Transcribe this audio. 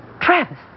Travis